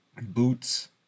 boots